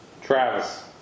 Travis